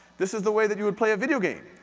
this is the way that you would play a video game.